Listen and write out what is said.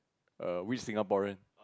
err which Singaporean